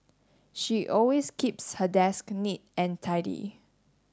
she always keeps her desk neat and tidy